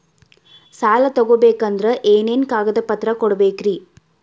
ಸಾಲ ತೊಗೋಬೇಕಂದ್ರ ಏನೇನ್ ಕಾಗದಪತ್ರ ಕೊಡಬೇಕ್ರಿ?